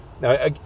Now